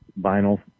vinyl